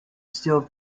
still